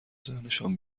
ذهنشان